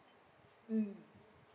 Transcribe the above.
mm